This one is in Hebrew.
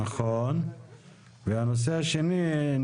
והנושא השני,